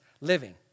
living